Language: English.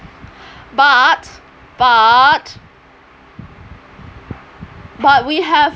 but but but we have